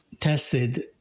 tested